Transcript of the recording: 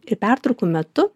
ir pertraukų metu